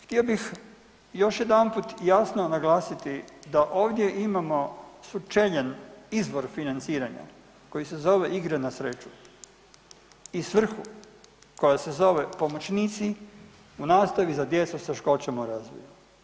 Htio bih još jedanput jasno naglasiti da ovdje imamo sučeljen izvor financiranja koji se zove „igre na sreću“ i svrhu koja se zove „pomoćnici u nastavi za djecu s teškoćama u razvoju“